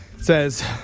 says